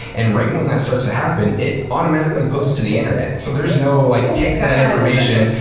and right when that starts to happen, it automatically posts to the internet. so there's no like, take that information,